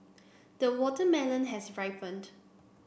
the watermelon has ripened